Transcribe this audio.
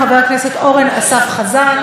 חבר הכנסת אורן אסף חזן,